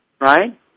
Right